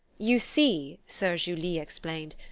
you see, soeur julie explained,